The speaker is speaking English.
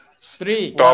Three